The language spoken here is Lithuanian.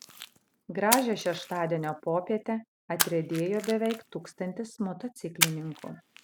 gražią šeštadienio popietę atriedėjo beveik tūkstantis motociklininkų